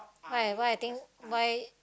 why why I think why